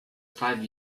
five